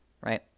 right